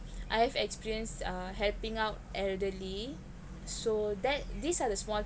I've experienced uh helping out elderly so that these are the small